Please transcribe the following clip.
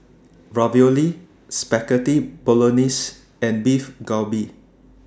Ravioli Spaghetti Bolognese and Beef Galbi